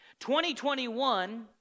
2021